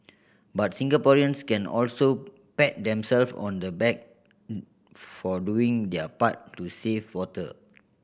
but Singaporeans can also pat themselves on the back for doing their part to save water